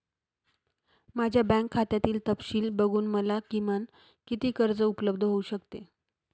माझ्या बँक खात्यातील तपशील बघून मला किमान किती कर्ज उपलब्ध होऊ शकते?